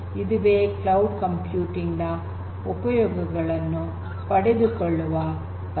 ಇದುವೇ cloud computing ನ ಉಪಯೋಗಗಳನ್ನು ಪಡೆದುಕೊಳ್ಳುವ ಪರಿ